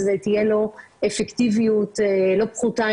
אז תהיה לו אפקטיביות לא פחותה,